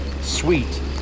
Sweet